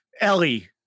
Ellie